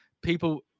people